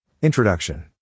Introduction